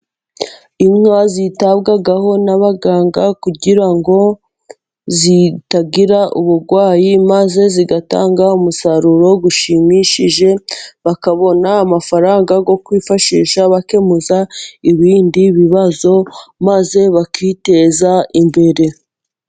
Inka zitabwaho n'abaganga kugira ngo zitagira uburwayi. Maze zigatanga umusaruro ushimishije. Bakabona amafaranga yo kwifashisha bakemura ibindi bibazo, maze bakiteza imbere.